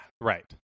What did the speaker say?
right